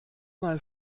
mal